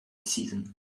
season